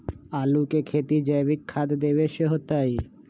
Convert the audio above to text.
आलु के खेती जैविक खाध देवे से होतई?